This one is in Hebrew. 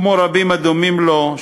כמו רבים הדומים לו,